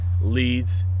leads